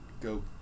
go